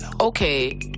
okay